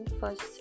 first